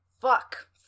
Fuck